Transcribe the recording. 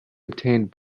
obtained